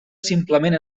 simplement